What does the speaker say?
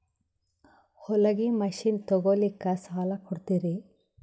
ಹೊಲಗಿ ಮಷಿನ್ ತೊಗೊಲಿಕ್ಕ ಸಾಲಾ ಕೊಡ್ತಿರಿ?